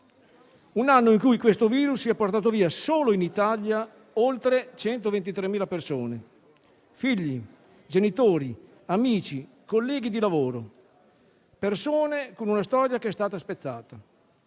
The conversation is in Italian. un anno in cui questo virus si è portato via, solo in Italia, oltre 123.000 persone: figli, genitori, amici, colleghi di lavoro, persone con una storia che è stata spezzata.